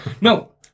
No